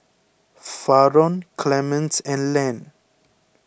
Faron Clemens and Len